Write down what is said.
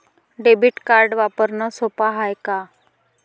Debit card वापरणं सोप हाय का?